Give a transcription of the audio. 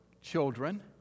children